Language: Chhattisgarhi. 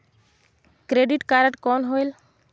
क्रेडिट कारड कौन होएल?